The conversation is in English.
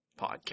podcast